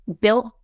built